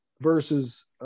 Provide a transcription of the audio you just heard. versus